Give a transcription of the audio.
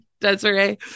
Desiree